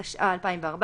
התשע"ה-2014,